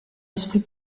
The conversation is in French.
esprit